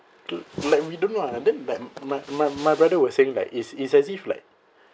to like we don't know ah then like my my my brother was saying like it's it's as if like